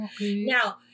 Now